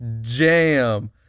jam